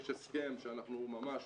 יש הסכם שאנחנו ממש